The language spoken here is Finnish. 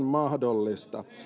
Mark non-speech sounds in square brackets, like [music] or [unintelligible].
[unintelligible] mahdollista